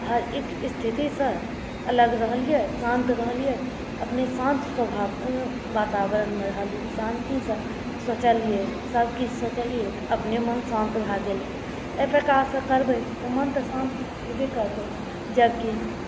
हरएक स्थितिसँ अलग रहलियै शान्त रहलियै अपने शान्त स्वभाव वातावरणमे रहलियै शान्तिसँ सोचलियै सभकिछु सोचलियै तऽ अपने मोन शान्त भए गेलै एहि प्रकारसँ करबै तऽ मन तऽ शान्त हेबे करतै जबकि